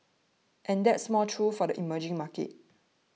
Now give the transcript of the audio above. and that's more true for the emerging markets